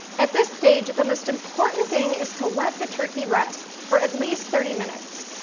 at this stage, the most important thing is to let the turkey rest for at least thirty minutes.